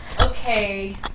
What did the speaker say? okay